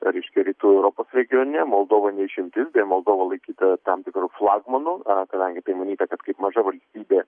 reiškia rytų europos regione moldova ne išimtis moldova laikyta tam tikru flagmanu kadangi manyta kad kaip maža valstybė